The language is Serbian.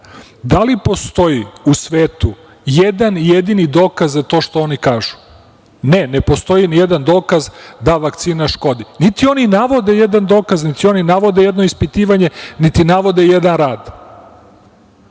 Da li postoji u svetu jedan jedini dokaz za to što oni kažu? Ne, ne postoji ni jedan dokaz da vakcina škodi. Niti oni navode jedan dokaz, niti oni navode jedno ispitivanje, niti navode jedan